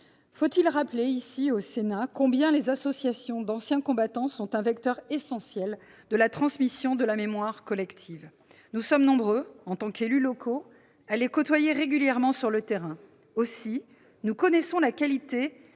faut-il rappeler ici, au Sénat, combien les associations d'anciens combattants sont un vecteur essentiel de la transmission de la mémoire collective ? Nous sommes nombreux à les côtoyer régulièrement sur le terrain, en tant qu'élus locaux. Nous connaissons la qualité